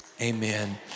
amen